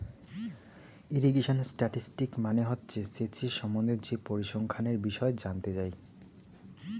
irrigation statistics মানে হসে সেচের সম্বন্ধে যে পরিসংখ্যানের বিষয় জানত যাই